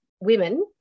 women